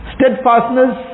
Steadfastness